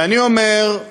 ואני אומר: